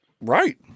Right